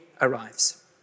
arrives